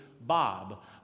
Bob